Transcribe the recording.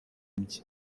ibye